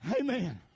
Amen